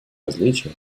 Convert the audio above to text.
различие